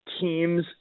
teams